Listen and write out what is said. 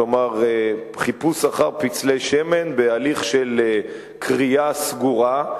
כלומר, חיפוש אחר פצלי שמן בהליך של כרייה סגורה: